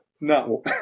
no